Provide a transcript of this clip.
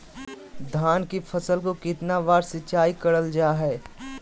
धान की फ़सल को कितना बार सिंचाई करल जा हाय?